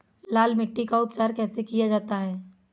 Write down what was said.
लाल मिट्टी का उपचार कैसे किया जाता है?